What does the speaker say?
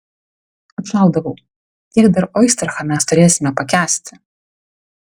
atšaudavau kiek dar oistrachą mes turėsime pakęsti